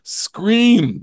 scream